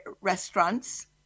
restaurants